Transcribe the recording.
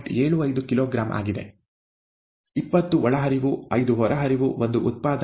75 kilogram ಆಗಿದೆ 20 ಒಳಹರಿವು 5 ಹೊರಹರಿವು 1 ಉತ್ಪಾದನೆ ಮತ್ತು 0